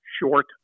short